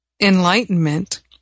enlightenment